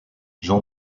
jean